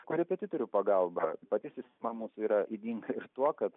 korepetitorių pagalba pati sistema mūsų yra ydinga ir tuo kad